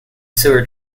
sewer